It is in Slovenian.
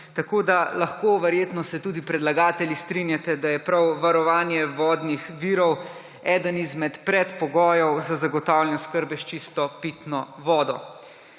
kot 20. Verjetno se tudi predlagatelji strinjate, da je prav varovanje vodnih virov eden izmed predpogojev za zagotavljanje oskrbe s čisto pitno vodo.